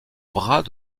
bras